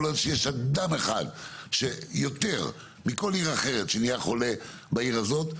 כל עוד שיש אדם אחד שיותר מכל עיר אחרת שנהיה חולה בעיר הזאת,